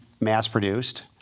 mass-produced